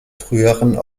früheren